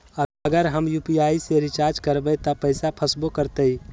अगर हम यू.पी.आई से रिचार्ज करबै त पैसा फसबो करतई?